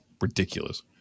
ridiculous